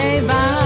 Bye